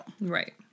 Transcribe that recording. Right